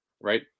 right